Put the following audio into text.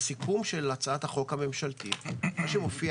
בסיכום של הצעת החוק הממשלתית מה שמופיע